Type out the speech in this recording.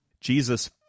Jesus